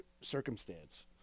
circumstance